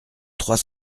trois